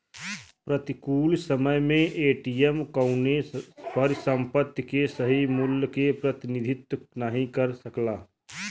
प्रतिकूल समय में एम.टी.एम कउनो परिसंपत्ति के सही मूल्य क प्रतिनिधित्व नाहीं कर सकला